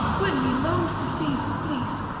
when ye longed to seize the fleece,